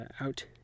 out